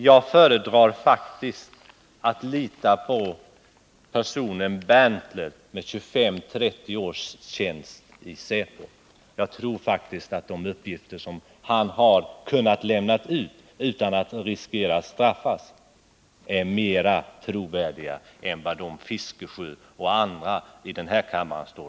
Jag föredrar faktiskt att lita på Melker Berntler med 25-30 års tjänst i säpo. Jag tror faktiskt att de uppgifter som han har kunnat lämna ut, utan att riskera att straffas, är mera trovärdiga än de som Bertil Fiskesjö och andra här i kammaren anför.